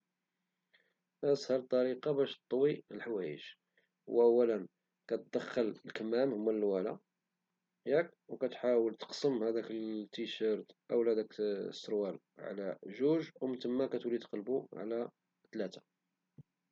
أسهل طريقة باش طوي الحوايج هو أولا كدخل الكمام هما الأول ياك، وكتحاول تقسم هداك التيشيرت أو داك السروال على جوج ومن تما كتولي تقلبو على ثلاثة.